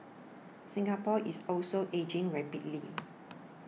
Singapore is also ageing rapidly